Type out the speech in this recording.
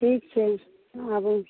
ठीक छै आबू